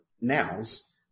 nows